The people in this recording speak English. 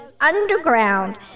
underground